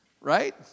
Right